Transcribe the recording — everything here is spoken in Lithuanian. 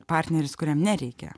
partneris kuriam nereikia